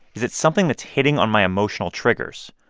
is it something that's hitting on my emotional triggers,